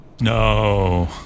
No